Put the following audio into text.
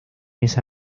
esa